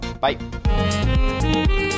Bye